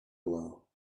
blow